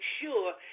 sure